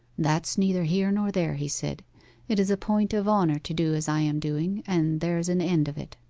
that's neither here nor there he said it is a point of honour to do as i am doing, and there's an end of it